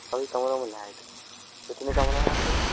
उन कमरों में लाइट कितने कमरे हैं आपके